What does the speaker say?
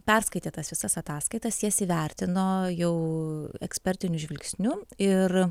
perskaitė tas visas ataskaitas jas įvertino jau ekspertiniu žvilgsniu ir